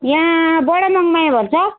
यहाँ बडा मङमाया भन्छ